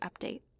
update